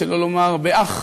שלא לומר באח,